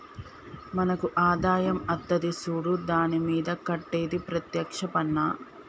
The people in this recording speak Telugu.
మనకు ఆదాయం అత్తది సూడు దాని మీద కట్టేది ప్రత్యేక్ష పన్నా